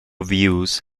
views